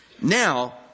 Now